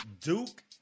Duke